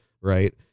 right